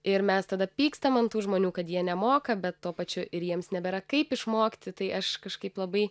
ir mes tada pykstam ant tų žmonių kad jie nemoka bet tuo pačiu ir jiems nebėra kaip išmokti tai aš kažkaip labai